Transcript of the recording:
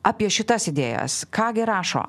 apie šitas idėjas ką gi rašo